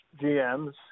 GMs